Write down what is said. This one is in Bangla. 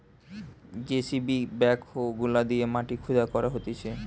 যেসিবি ব্যাক হো গুলা দিয়ে মাটি খুদা করা হতিছে